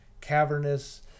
cavernous